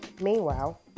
meanwhile